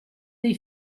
dei